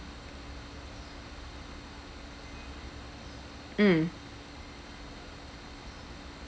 mm